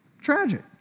tragic